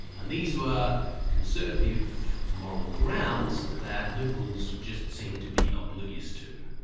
and these were conservative moral grounds that liberals just seemed to be oblivious to.